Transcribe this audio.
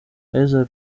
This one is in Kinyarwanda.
isaac